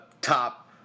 top